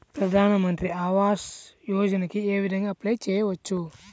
ప్రధాన మంత్రి ఆవాసయోజనకి ఏ విధంగా అప్లే చెయ్యవచ్చు?